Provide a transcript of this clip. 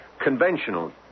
conventional